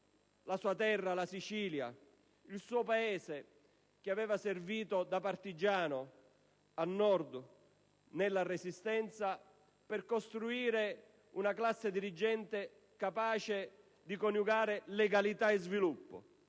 la sua terra (la Sicilia), il suo Paese, che aveva servito da partigiano a Nord, nella Resistenza, per costruire una classe dirigente capace di coniugare legalità e sviluppo.